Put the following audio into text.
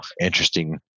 interesting